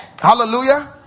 Hallelujah